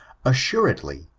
assuredly,